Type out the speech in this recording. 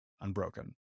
unbroken